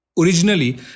originally